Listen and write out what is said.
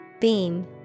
Beam